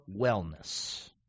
wellness